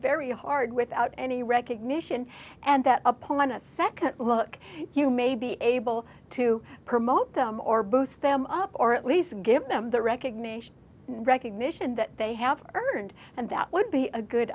very hard without any recognition and that upon a second look you may be able to promote them or boost them up or at least give them the recognition and recognition that they have earned and that would be a good